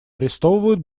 арестовывают